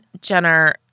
Jenner